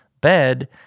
bed